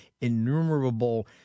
innumerable